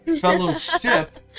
Fellowship